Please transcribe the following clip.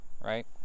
Right